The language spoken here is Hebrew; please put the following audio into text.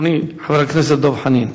אדוני חבר הכנסת דב חנין.